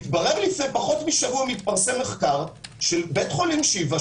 לפני פחות משבוע התפרסם מחקר של בית חולים שיבא,